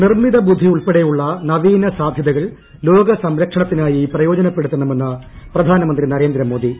നിർമിതബുദ്ധിയുൾപ്പെടെയുള്ള നവീനസാധ്യതകൾ ലോകസംരക്ഷണത്തിനായി പ്രയോജനപ്പെടുത്തണമെന്ന് പ്രധാനമന്ത്രി നരേന്ദ്രമോദി